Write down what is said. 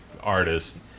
artist